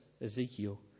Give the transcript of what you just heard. Ezekiel